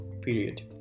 period